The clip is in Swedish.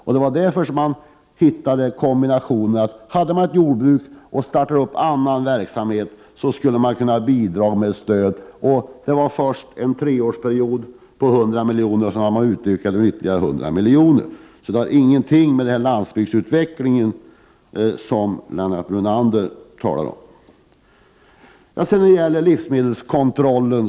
Om man hade ett jordbruk och startade med annan verksamhet, skulle stöd vara möjligt. Först gällde det under en treårsperiod. Summan var 100 milj.kr., men sedan har denna utökats med ytterligare 100 milj.kr. Den frågan har alltså ingenting att göra med den landsbygdsutveckling som bl.a. Lennart Brunander talade om. Så åter till frågan om livsmedelskontrollen.